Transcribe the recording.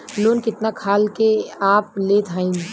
Loan कितना खाल के आप लेत हईन?